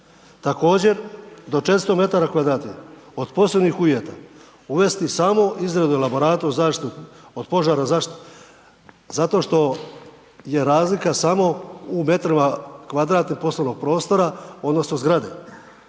Također do 400 metara kvadratnih od posebnih uvjeta uvesti samo izradu elaborata u zaštitu od požara. Zašto? Zato što jer razlika samo u metrima kvadratnim poslovnog prostora odnosno zgrade.